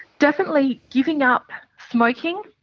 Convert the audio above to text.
definitely giving up smoking,